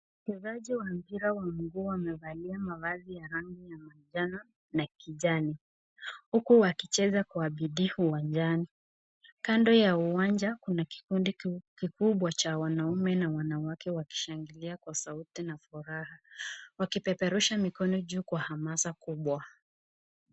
Wachezaji wa mpira wa mguu wamevalia mavazi ya rangi ya manjano na kijani huku wakicheza kwa bidii uwanjani, kando ya uwanja kuna kikundi kikubwa cha wanaume na wanawake wakishangilia kwa sauti na furaha, wakipeperusha mikono juu kwa hamasa kubwa.